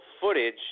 footage